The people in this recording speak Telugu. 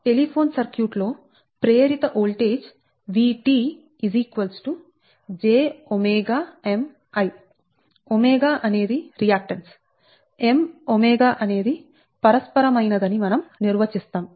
టెలిఫోన్ సర్క్యూట్ లో ప్రేరిత వోల్టేజ్ VT jꞷMIꞶ అనేది రియాక్టన్స్ MꞶ అనేది పరస్పరమైనదని మనం నిర్వచిస్తాం